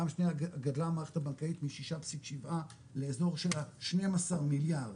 גדלה המערכת הבנקאית מ-6.7 לאיזור של 12 מיליארד,